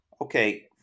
okay